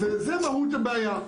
זה מהות הבעיה.